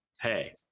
hey